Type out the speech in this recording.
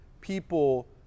people